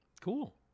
Cool